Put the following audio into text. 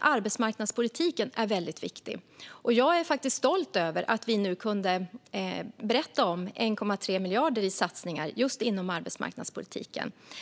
Arbetsmarknadspolitiken är viktig. Jag är stolt över att vi nu kunnat berätta om satsningarna på 1,3 miljarder just inom arbetsmarknadspolitiken.